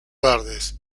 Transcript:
verdes